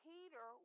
Peter